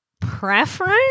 preference